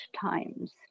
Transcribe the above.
times